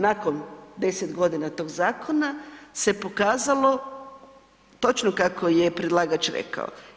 Nakon 10 g. tog zakona se pokazalo točno kako je predlagač rekao.